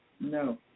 No